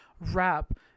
rap